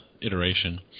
iteration